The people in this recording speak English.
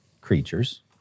creatures